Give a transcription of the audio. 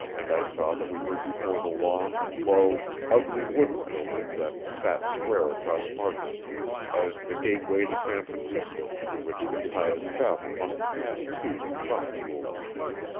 and i saw that we were before the long, low, ugly wooden building that sat square across market street as the gateway to san francisco through which the tide of travel must pass to and from the golden city.